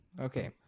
Okay